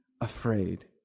afraid